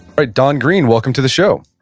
ah don greene, welcome to the show!